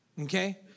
okay